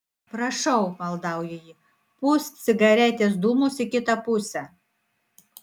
prašau maldauja ji pūsk cigaretės dūmus į kitą pusę